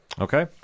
Okay